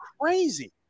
crazy